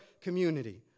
community